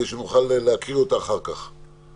כדי שנוכל להקריא אותה אחר כך.